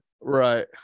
Right